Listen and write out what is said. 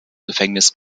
gefängnis